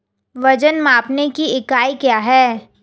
वजन मापने की इकाई क्या है?